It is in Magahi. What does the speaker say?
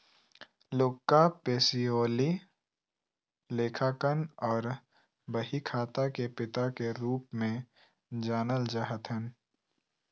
लुका पैसीओली लेखांकन आर बहीखाता के पिता के रूप मे जानल जा हथिन